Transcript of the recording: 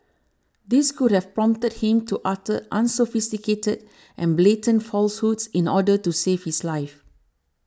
this could have prompted him to utter unsophisticated and blatant falsehoods in order to save his life